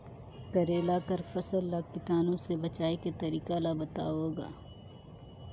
करेला कर फसल ल कीटाणु से बचाय के तरीका ला बताव ग?